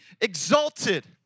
exalted